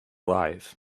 life